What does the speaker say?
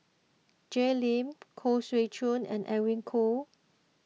Jay Lim Khoo Swee Chiow and Edwin Koo